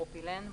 פרופילן,